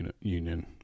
Union